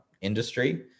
industry